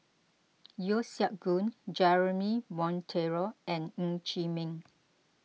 Yeo Siak Goon Jeremy Monteiro and Ng Chee Meng